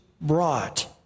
brought